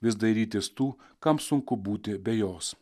vis dairytis tų kam sunku būti be jos